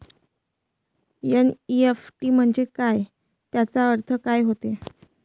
NEFT म्हंजे काय, त्याचा अर्थ काय होते?